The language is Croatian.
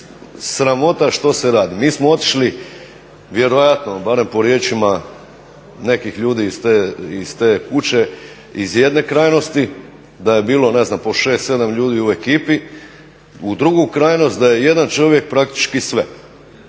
sramota što se radi. Mi smo otišli vjerojatno po nekim riječima nekih ljudi iz te kuće iz jedne krajnosti, da je bilo ne znam po 6, 7 ljudi u ekipi u drugu krajnost da je jedan čovjek praktički sve.